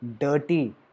dirty